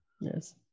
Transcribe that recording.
yes